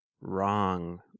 wrong